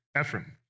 Ephraim